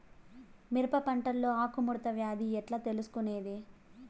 మిరప పంటలో ఆకు ముడత వ్యాధి ఎట్లా తెలుసుకొనేది?